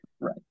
Right